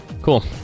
Cool